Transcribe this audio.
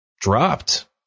dropped